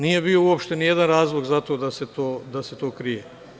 Nije bio uopšte i jedan razlog za to da se to krije.